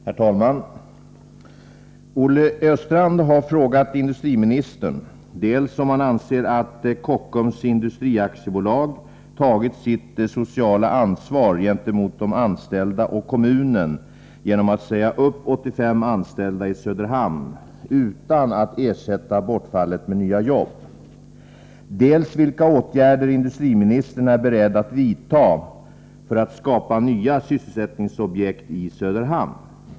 Herr talman! Olle Östrand har frågat industriministern dels om han anser att Kockums Industri AB tagit sitt sociala ansvar gentemot de anställda och kommunen genom att säga upp 85 anställda i Söderhamn utan att ersätta bortfallet med nya jobb, dels vilka åtgärder industriministern är beredd att vidta för att skapa nya sysselsättningsobjekt i Söderhamn.